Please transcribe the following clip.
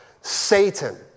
Satan